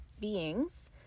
beings